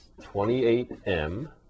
28m